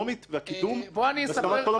והקידום בהסכמת כל המשרדים.